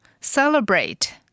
celebrate